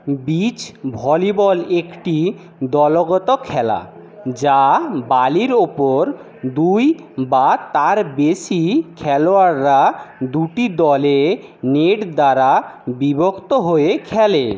beach volleyball একটি দলগত খেলা যা বালির ওপর দুই বা তার বেশি খেলোয়াড়রা দুটি দলে নেট দ্বারা বিভক্ত হয়ে খেলে